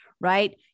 right